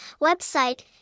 website